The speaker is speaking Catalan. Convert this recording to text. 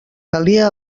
calia